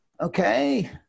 okay